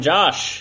Josh